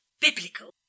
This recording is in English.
biblical